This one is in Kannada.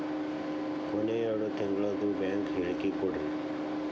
ಕೊನೆ ಎರಡು ತಿಂಗಳದು ಬ್ಯಾಂಕ್ ಹೇಳಕಿ ಕೊಡ್ರಿ